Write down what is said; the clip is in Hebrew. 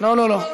לא לא לא.